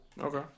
Okay